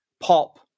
pop